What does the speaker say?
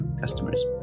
customers